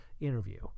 interview